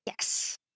Yes